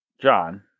John